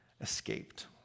escaped